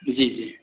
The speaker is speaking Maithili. जी जी